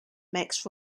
makes